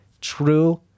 true